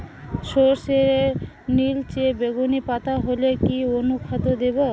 সরর্ষের নিলচে বেগুনি পাতা হলে কি অনুখাদ্য দেবো?